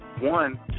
one